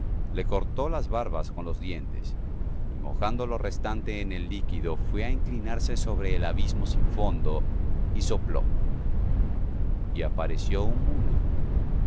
le cortó las barbas con los dientes y mojando lo restante en el líquido fué á inclinarse sobre el abismo sin fondo y sopló y apareció un mundo